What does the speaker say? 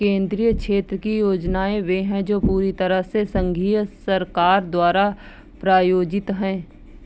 केंद्रीय क्षेत्र की योजनाएं वे है जो पूरी तरह से संघीय सरकार द्वारा प्रायोजित है